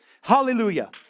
Hallelujah